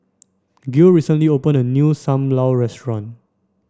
Gil recently opened a new Sam Lau Restaurant